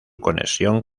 conexión